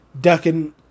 ducking